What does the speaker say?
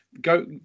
Go